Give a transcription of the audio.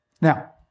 Now